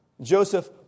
Joseph